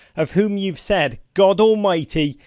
of whom you've said, god almighty,